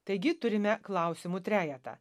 taigi turime klausimų trejetą